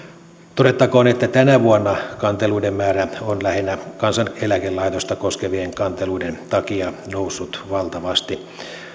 todettakoon että tänä vuonna kanteluiden määrä on lähinnä kansaneläkelaitosta koskevien kanteluiden takia noussut valtavasti